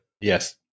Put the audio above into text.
Yes